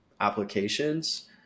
applications